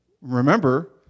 remember